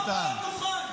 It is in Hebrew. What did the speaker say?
בריון.